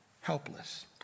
helpless